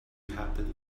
happening